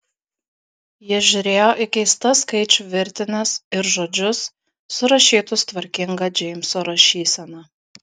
ji žiūrėjo į keistas skaičių virtines ir žodžius surašytus tvarkinga džeimso rašysena